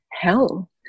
hell